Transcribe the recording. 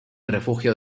refugio